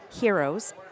heroes